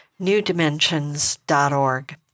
newdimensions.org